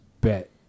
bet